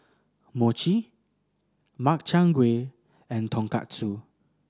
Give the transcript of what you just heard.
Mochi Makchang Gui and Tonkatsu